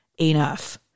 enough